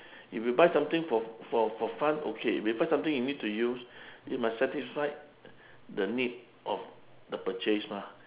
if you buy something for for for fun okay if you buy something you need to use it must satisfy the need of the purchase mah